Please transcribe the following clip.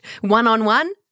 One-on-one